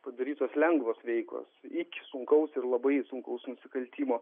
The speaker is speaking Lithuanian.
padarytos lengvos veikos iki sunkaus ir labai sunkaus nusikaltimo